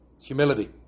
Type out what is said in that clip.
Humility